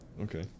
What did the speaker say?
Okay